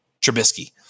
Trubisky